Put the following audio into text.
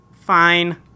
Fine